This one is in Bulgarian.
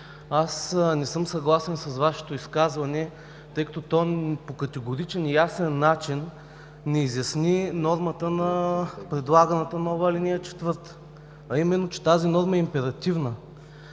не съм съгласен с Вашето изказване, тъй като то по категоричен и ясен начин ни изясни нормата на предлаганата нова ал. 4, а именно, че тази норма е императивна.